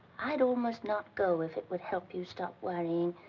i'd almost not go if it would help you stop worrying.